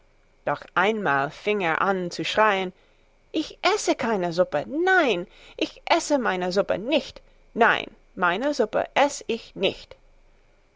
doch einmal fing er an zu schrein ich esse keine suppe nein ich esse meine suppe nicht nein meine suppe eß ich nicht